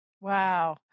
Wow